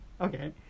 Okay